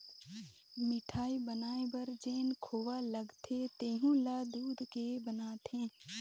मिठाई बनाये बर जेन खोवा लगथे तेहु ल दूद के बनाथे